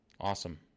Awesome